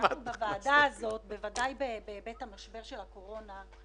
שבוועדה הזאת, ודאי בהיבט המשבר של הקורונה,